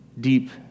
deep